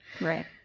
Right